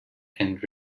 and